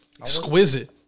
exquisite